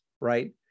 right